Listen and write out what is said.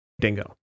Dingo